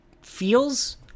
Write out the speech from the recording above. feels